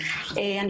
במשרד.